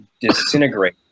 disintegrate